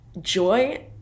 joy